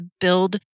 build